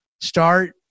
start